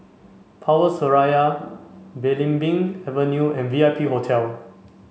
Power Seraya Belimbing Avenue and V I P Hotel